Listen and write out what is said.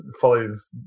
follows